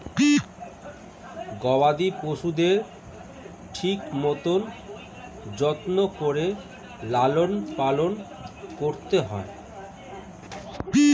গবাদি পশুদের ঠিক মতন যত্ন করে লালন পালন করতে হয়